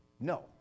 No